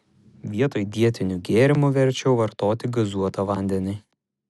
vietoj dietinių gėrimų verčiau vartoti gazuotą vandenį